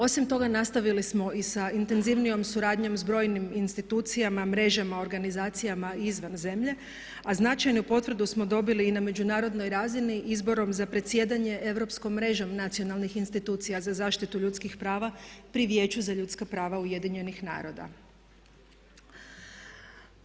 Osim toga nastavili smo i sa intenzivnijom suradnjom s brojnim institucijama mrežama organizacijama izvan zemlje, a značajnu potvrdu smo dobili i na međunarodnoj razini izborom za predsjedanje Europskom mrežom nacionalnih institucija za zaštitu ljudskih prava pri Vijeću za ljudska prava UN-a.